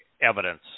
evidence